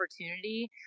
opportunity